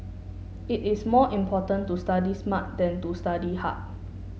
it is more important to study smart than to study hard